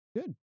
good